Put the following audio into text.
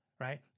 right